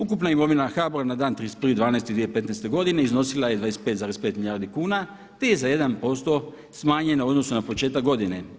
Ukupna imovina HBOR-a na dan 31.12.2015. godine iznosila je 25,5 milijardi kuna, te je za jedan posto smanjena u odnosu na početak godine.